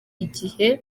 igihe